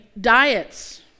diets